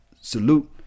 Salute